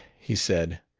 he said,